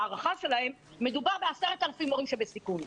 לפי ההערכה שלהם יש 10,000 מורים בסיכון.